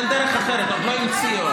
אין דרך אחרת, עוד לא המציאו.